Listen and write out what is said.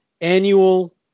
annual